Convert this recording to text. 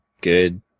good